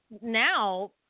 now